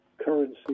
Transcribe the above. currency